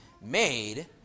made